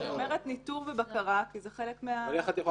מבחינת ניטור ובקרה לא הורדנו את החובה